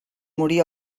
morir